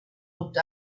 looked